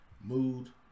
mood